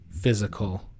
physical